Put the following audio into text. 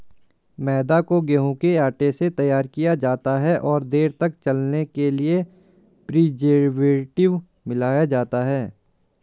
मैदा को गेंहूँ के आटे से तैयार किया जाता है और देर तक चलने के लिए प्रीजर्वेटिव मिलाया जाता है